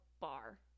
bar